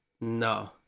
No